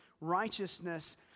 righteousness